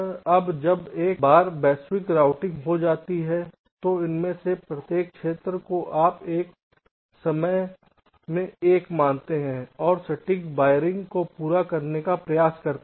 अब जब एक बार वैश्विक रूटिंग हो जाती है तो इनमें से प्रत्येक क्षेत्र को आप एक समय में 1 मानते हैं और सटीक वायरिंग को पूरा करने का प्रयास करते हैं